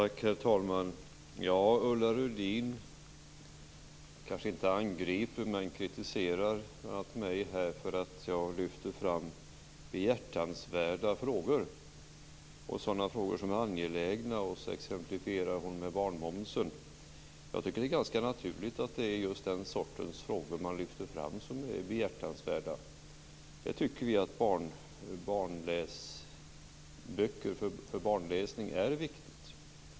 Herr talman! Ulla Rudin kanske inte angriper men kritiserar mig för att jag lyfter fram behjärtansvärda frågor och sådana frågor som är angelägna. Hon exemplifierar med barnboksmomsen. Jag tycker att det är ganska naturligt att det är de behjärtansvärda frågorna man lyfter fram. Vi tycker att barnböcker är viktigt.